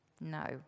No